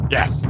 Yes